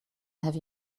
have